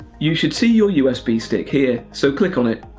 you should see your usb stick here, so click on it.